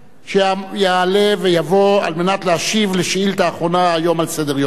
שיעלה ויבוא להשיב על השאילתא האחרונה היום על סדר-יומנו,